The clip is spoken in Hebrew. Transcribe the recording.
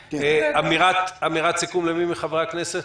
אמירת סיכום למי מחברי הכנסת?